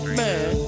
man